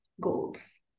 goals